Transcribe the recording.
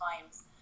times